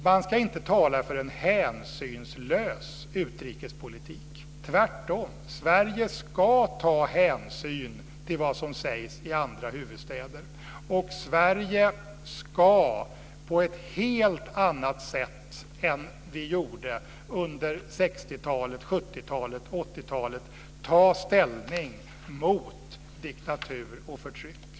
Man ska inte tala för en hänsynslös utrikespolitik. Tvärtom, Sverige ska ta hänsyn till vad som sägs i andra huvudstäder. Och Sverige ska på ett helt annat sätt än vi gjorde under 60-talet, 70-talet och 80-talet ta ställning mot diktatur och förtryck.